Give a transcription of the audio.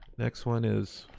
next one is,